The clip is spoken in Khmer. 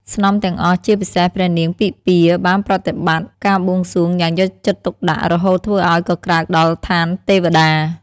ស្នំទាំងអស់ ជាពិសេសព្រះនាងពិម្ពាបានប្រតិបត្តិការបួងសួងយ៉ាងយកចិត្តទុកដាក់រហូតធ្វើឱ្យកក្រើកដល់ឋានទេព្តា។